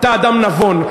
אתה אדם נבון.